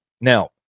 Now